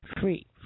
free